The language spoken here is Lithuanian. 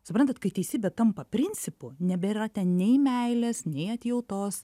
suprantat kad teisybė tampa principu nebėra ten nei meilės nei atjautos